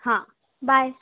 हां बाय